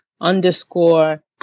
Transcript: underscore